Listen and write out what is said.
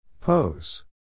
Pose